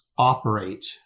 operate